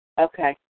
Okay